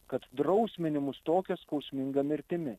kad drausmini mus tokia skausminga mirtimi